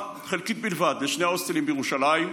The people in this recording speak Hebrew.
חלקית בלבד לשני ההוסטלים בירושלים,